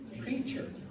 creature